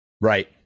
right